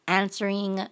answering